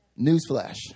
Newsflash